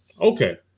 Okay